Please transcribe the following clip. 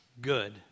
good